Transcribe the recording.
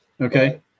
okay